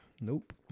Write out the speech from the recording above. nope